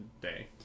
day